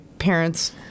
parents